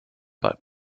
back